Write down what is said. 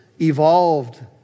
evolved